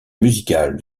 musicale